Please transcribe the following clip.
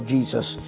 Jesus